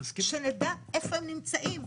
לדעת איפה הם נמצאים.